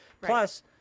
Plus